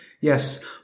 Yes